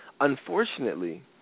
unfortunately